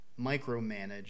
micromanage